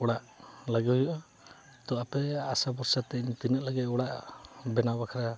ᱚᱲᱟᱜ ᱞᱟᱜᱮ ᱦᱩᱭᱩᱜᱼᱟ ᱛᱚ ᱟᱯᱮᱭᱟᱜ ᱟᱥᱟ ᱵᱷᱚᱨᱥᱟᱛᱮ ᱤᱧ ᱛᱤᱱᱟᱹᱜ ᱞᱟᱜᱮ ᱚᱲᱟᱜ ᱵᱮᱱᱟᱣ ᱵᱟᱠᱷᱨᱟ